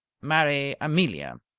marry amelia,